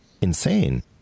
insane